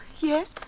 Yes